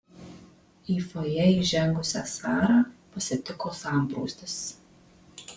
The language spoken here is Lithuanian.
į fojė įžengusią sarą pasitiko sambrūzdis